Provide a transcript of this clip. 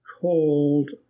called